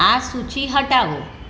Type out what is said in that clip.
આ સૂચિ હટાવો